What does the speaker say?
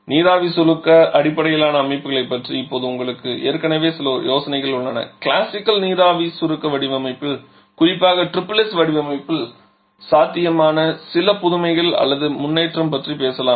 எனவே நீராவி சுருக்க அடிப்படையிலான அமைப்புகளைப் பற்றி இப்போது உங்களுக்கு ஏற்கனவே சில யோசனைகள் உள்ளன கிளாசிக்கல் நீராவி சுருக்க வடிவமைப்பில் குறிப்பாக SSS வடிவமைப்பில் சாத்தியமான சில புதுமைகள் அல்லது முன்னேற்றம் பற்றி பேசலாம்